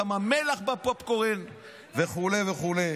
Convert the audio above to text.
כמה מלח בפופקורן וכו' וכו'.